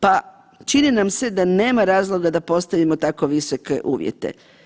Pa čini nam se da nema razloga da postavimo tako visoke uvjete.